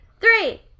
three